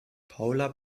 paula